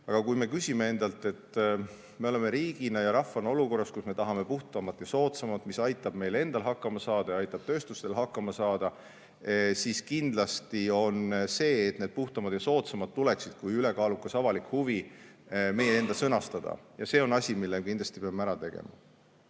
Aga kui me küsime endalt, et me oleme riigi ja rahvana olukorras, kus me tahame puhtamat ja soodsamat [energiat], mis aitaks meil endal hakkama saada ja aitaks ka tööstusel hakkama saada, siis [vastus] kindlasti on see, et need puhtamad ja soodsamad [energiaallikad] tuleks ülekaaluka avaliku huvina meil endal sõnastada. See on asi, mille me kindlasti peame ära tegema.